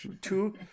Two